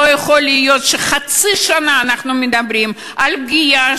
לא יכול להיות שחצי שנה אנחנו מדברים על פגיעה